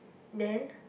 then